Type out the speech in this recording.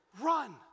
run